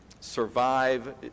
survive